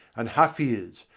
and hafiz,